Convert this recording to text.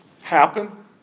happen